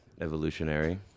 evolutionary